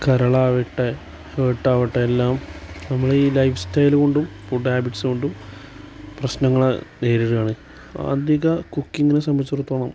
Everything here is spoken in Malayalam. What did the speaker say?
കരളാവട്ടെ ഹാർട്ട് ആകട്ടെ എല്ലാം നമ്മള് ഈ ലൈഫ് സ്റ്റൈലു കൊണ്ടും ഫുഡ് ഹാബിറ്റ്സ് കൊണ്ടും പ്രശ്നങ്ങള് നേരിടുവാണ് ആധുനിക കുക്കിങ്ങിനെ സംബന്ധിച്ചിടത്തോളം